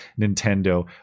nintendo